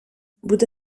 буде